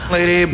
lady